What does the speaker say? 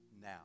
now